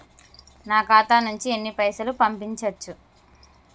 నా ఖాతా నుంచి ఎన్ని పైసలు పంపించచ్చు?